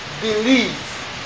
believe